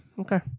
Okay